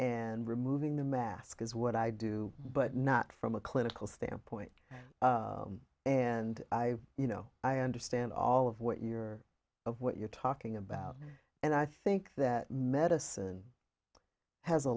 and removing the mask is what i do but not from a clinical standpoint and i you know i understand all of what you're what you're talking about and i think that medicine has a